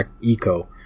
eco